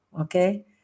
okay